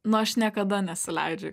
nu aš niekada nesileidžiu